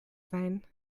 sein